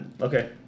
okay